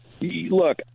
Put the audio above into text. Look